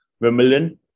Wimbledon